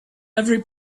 every